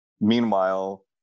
Meanwhile